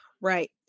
Right